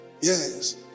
yes